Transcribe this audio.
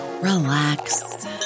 relax